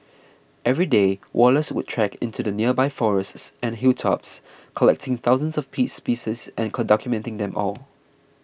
every day Wallace would trek into the nearby forests and hilltops collecting thousands of piece species and documenting them all